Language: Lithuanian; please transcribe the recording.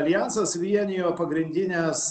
aljansas vienijo pagrindines